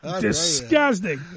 Disgusting